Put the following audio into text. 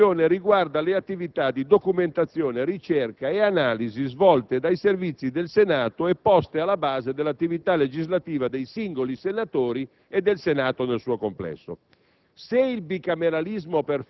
di più complessa attuazione, riguarda le attività di documentazione, ricerca e analisi, svolte dai Servizi del Senato e poste alla base dell'attività legislativa dei singoli senatori e del Senato nel suo complesso.